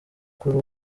kuri